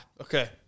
Okay